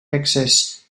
excess